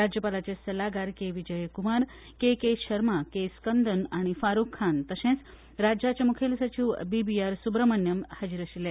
राज्यपालाचे सल्लागार K Vijay Kumar K K Sharma K Skandan आनी फारूक खान तशेंच राज्याचे मुखेल सचीव बीबीआर सुब्रम्हण्यम हाजीर आशिल्ले